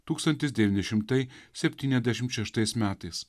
tūkstantis devyni šimtai septyniasdešimt šeštais metais